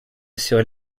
sur